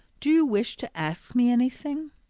do you wish to ask me anything?